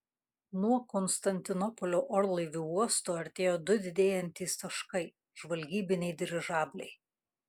nuo konstantinopolio orlaivių uosto artėjo du didėjantys taškai žvalgybiniai dirižabliai